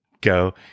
Go